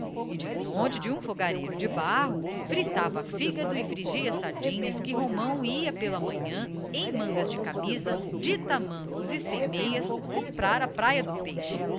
e defronte de um fogareiro de barro fritava fígado e frigia sardinhas que romão ia pela manhã em mangas de camisa de tamancos e sem meias comprar à praia do peixe